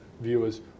viewers